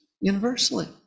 universally